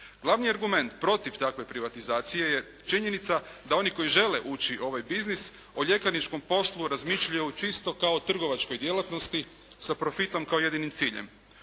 Glavni argument protiv takve privatizacije je činjenica da oni koji žele ući u ovaj biznis o ljekarničkom poslu razmišljaju čisto kao o trgovačkoj djelatnosti sa profitom kao jedinim ciljem.